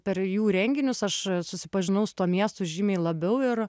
per jų renginius aš susipažinau su tuo miestu žymiai labiau ir